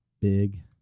big